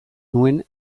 nuen